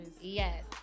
Yes